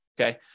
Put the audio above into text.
Okay